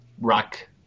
rock